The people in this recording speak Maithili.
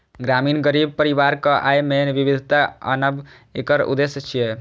ग्रामीण गरीब परिवारक आय मे विविधता आनब एकर उद्देश्य छियै